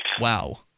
Wow